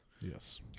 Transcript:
Yes